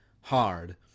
hard